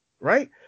right